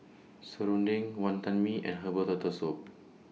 Serunding Wantan Mee and Herbal Turtle Soup